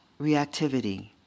reactivity